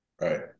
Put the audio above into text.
Right